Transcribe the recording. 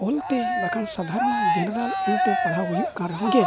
ᱚᱞᱛᱮ ᱵᱟᱠᱷᱟᱱ ᱥᱟᱫᱷᱟᱨᱚᱱᱚ ᱡᱮᱱᱟᱨᱮᱞ ᱚᱞᱛᱮ ᱯᱟᱲᱟᱦᱟᱣ ᱦᱩᱭᱩᱜ ᱠᱟᱱ ᱨᱮᱦᱚᱸ ᱜᱮ